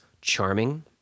charming